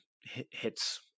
hits